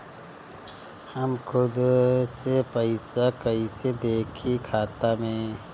हम खुद से पइसा कईसे देखी खाता में?